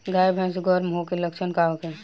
गाय भैंस गर्म होय के लक्षण का होखे?